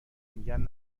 میگن